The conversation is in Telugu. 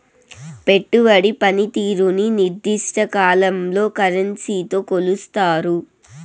పెట్టుబడి పనితీరుని నిర్దిష్ట కాలంలో కరెన్సీతో కొలుస్తారు